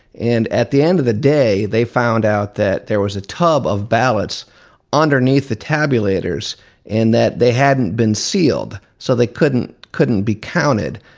and at the end of the day, they found out that there was a tub of ballots underneath the tabulators and that they hadn't been sealed. so they couldn't couldn't be counted.